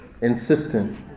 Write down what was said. insistent